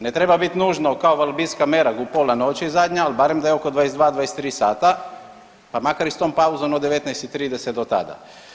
Ne treba bit nužno kao Valbiska i Merag u pola noći zadnja, al barem da je oko 22-23 sata, pa makar i s tom pauzom od 19 i 30 do tada.